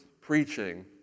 preaching